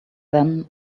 then